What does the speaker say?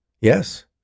Yes